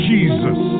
Jesus